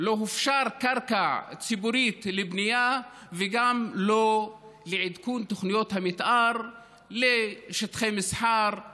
קרקע ציבורית לבנייה וגם לא לעדכון תוכניות המתאר לשטחי מסחר,